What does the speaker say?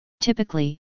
Typically